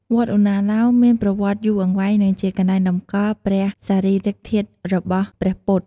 វត្តឧណ្ណាលោមមានប្រវត្តិយូរអង្វែង និងជាកន្លែងតម្កល់ព្រះសារីរិកធាតុរបស់ព្រះពុទ្ធ។